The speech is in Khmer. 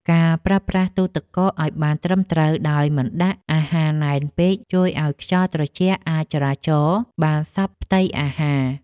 ការប្រើប្រាស់ទូរទឹកកកឱ្យបានត្រឹមត្រូវដោយមិនដាក់អាហារណែនពេកជួយឱ្យខ្យល់ត្រជាក់អាចចរាចរបានសព្វផ្ទៃអាហារ។